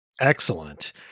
excellent